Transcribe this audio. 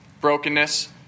brokenness